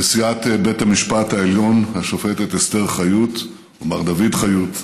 נשיאת בית המשפט העליון השופטת אסתר חיות ומר דוד חיות,